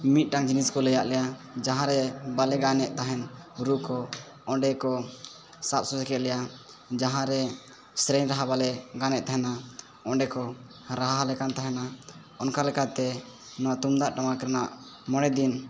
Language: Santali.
ᱢᱤᱢᱤᱴᱟᱝ ᱡᱤᱱᱤᱥ ᱠᱚ ᱞᱟᱹᱭᱟᱫ ᱞᱮᱭᱟ ᱡᱟᱦᱟᱨᱮ ᱵᱟᱞᱮ ᱜᱟᱱᱮᱫ ᱛᱟᱦᱮᱱ ᱨᱩᱠᱚ ᱚᱸᱰᱮᱠᱚ ᱥᱟᱵ ᱥᱚᱡᱷᱮ ᱠᱮᱫ ᱞᱮᱭᱟ ᱡᱟᱦᱟᱨᱮ ᱥᱮᱨᱮᱧ ᱨᱟᱦᱟ ᱵᱟᱞᱮ ᱜᱟᱱᱮᱫ ᱛᱟᱦᱮᱱᱟ ᱚᱸᱰᱮ ᱠᱚ ᱨᱟᱦᱟᱣᱟᱞᱮ ᱠᱟᱱ ᱛᱟᱦᱮᱱᱟ ᱚᱱᱠᱟᱞᱮᱠᱟᱛᱮ ᱱᱚᱣᱟ ᱛᱩᱢᱫᱟᱜ ᱴᱟᱢᱟᱠ ᱨᱮᱱᱟᱜ ᱢᱚᱬᱮᱫᱤᱱ